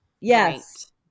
Yes